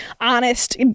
honest